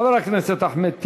חבר הכנסת אחמד טיבי,